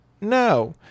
No